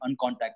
uncontacted